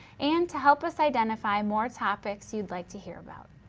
and to help us identify more topics you'd like to hear about.